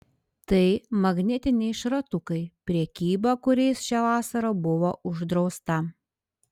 tai magnetiniai šratukai prekyba kuriais šią vasarą buvo uždrausta